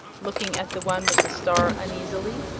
looking at the one with the star uneasily.